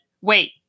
wait